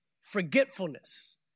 forgetfulness